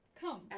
come